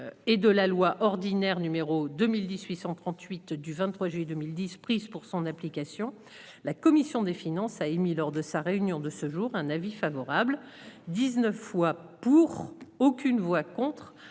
Et de la loi ordinaire, numéro 2018 138 du 23 juillet 2010 prises pour son application. La commission des finances a émis lors de sa réunion de ce jour un avis favorable. 19 fois pour aucune voix contre